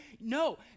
No